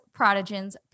prodigens